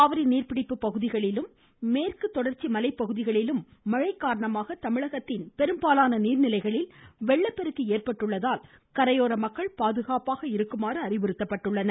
காவிரி நீர்பிடிப்பு பகுதிகளிலும் மேற்கு தொடர்ச்சி மலை பகுதிகளிலும் மழை காரணமாக தமிழகத்தில் பெரும்பாலான நீர்நிலைகளில் வெள்ளப்பெருக்கு ஏற்பட்டுள்ளதால் கரையோர அறிவுறுத்தப்பட்டுள்ளனர்